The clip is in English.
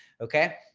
okay.